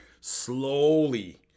slowly